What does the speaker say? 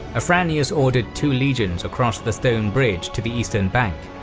afranius ordered two legions across the stone bridge to the eastern bank,